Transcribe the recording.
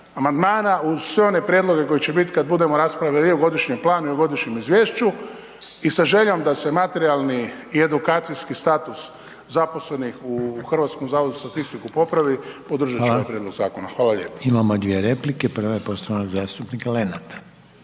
amandmana, uz sve one prijedloge koji će biti kad budemo raspravljali i o godišnjem planu i o godišnjem izvješću i sa željom da se materijalni i edukacijski status zaposlenih u Hrvatskom zavodu za statistiku popravi, podržat ćemo ovaj prijedlog zakona. Hvala lijepo. **Reiner, Željko (HDZ)** Hvala. Prva je poštovanog zastupnika Lenarta.